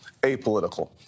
apolitical